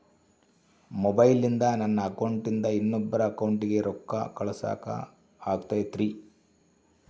ಮೊಬೈಲಿಂದ ನನ್ನ ಅಕೌಂಟಿಂದ ಇನ್ನೊಬ್ಬರ ಅಕೌಂಟಿಗೆ ರೊಕ್ಕ ಕಳಸಾಕ ಆಗ್ತೈತ್ರಿ?